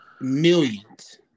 millions